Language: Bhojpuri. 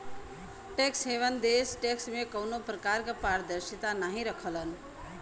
टैक्स हेवन देश टैक्स में कउनो प्रकार क पारदर्शिता नाहीं रखलन